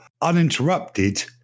uninterrupted